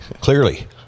Clearly